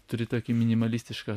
turi tokį minimalistišką